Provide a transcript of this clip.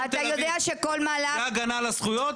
זה הגנה על הזכויות?